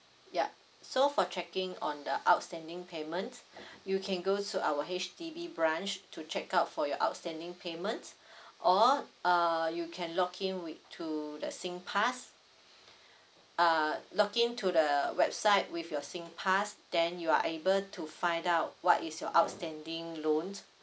yup so for checking on the outstanding payments you can go to our H_D_B branch to check out for your outstanding payments or uh you can login with through the singpass uh login to the website with your singpass then you are able to find out what is your outstanding loans